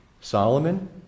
Solomon